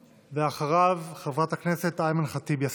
בבקשה, ואחריו, חברת הכנסת אימאן ח'טיב יאסין.